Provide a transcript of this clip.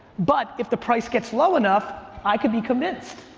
but if the price gets low enough, i could be convinced.